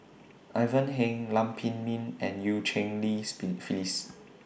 Ivan Heng Lam Pin Min and EU Cheng Li's Bee Phyllis